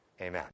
Amen